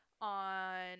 on